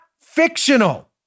fictional